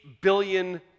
billion